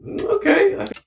Okay